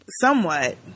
somewhat